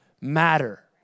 matter